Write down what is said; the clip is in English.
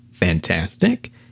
Fantastic